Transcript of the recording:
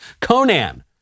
Conan